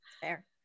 Fair